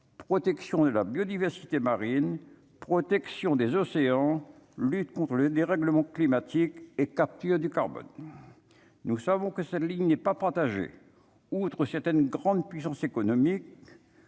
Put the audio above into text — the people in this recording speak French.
protection de la biodiversité marine, protection des océans, lutte contre le dérèglement climatique et capture du carbone, nous savons que cette ligne n'est pas partagé, outre certaines grandes puissances économiques,